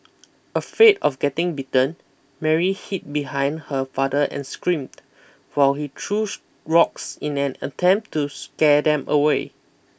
afraid of getting bitten Mary hid behind her father and screamed while he threw rocks in an attempt to scare them away